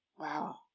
Wow